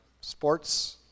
Sports